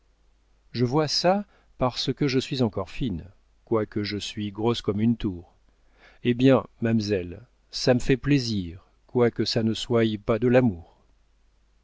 je vois ça parce que je suis encore fine quoique je sois grosse comme une tour hé bien mam'zelle ça me fait plaisir quoique ça ne soye pas de l'amour